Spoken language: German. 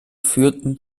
führten